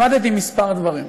למדתי כמה דברים: